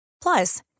Plus